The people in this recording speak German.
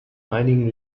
einigen